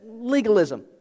Legalism